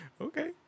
Okay